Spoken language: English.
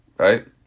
right